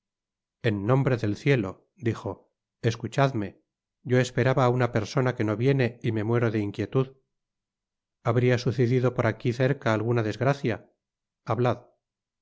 en nombre del cielot dijo escuchadme yo esperaba á una persona que no viene y me muero de inquietud habria sucedido por aqui cerca alguna desgracia hablad